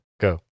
go